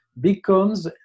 becomes